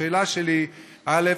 השאלה שלי: א.